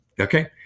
okay